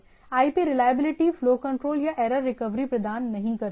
IP reliability flow control या error recovery प्रदान नहीं करता है